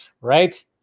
Right